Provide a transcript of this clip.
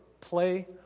play